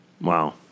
Wow